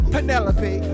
Penelope